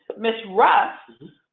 ms. russ,